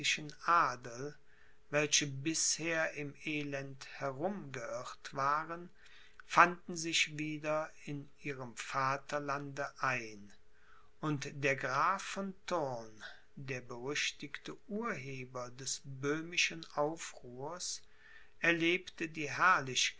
adel welche bisher im elend herum geirrt waren fanden sich wieder in ihrem vaterlande ein und der graf von thurn der berüchtigte urheber des böhmischen aufruhrs erlebte die